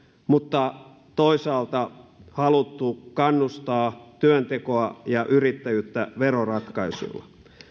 mutta toisaalta haluttu kannustaa työntekoa ja yrittäjyyttä veroratkaisuilla